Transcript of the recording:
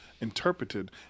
interpreted